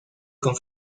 con